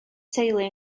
teulu